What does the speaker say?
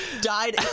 died